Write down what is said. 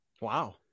Wow